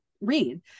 Read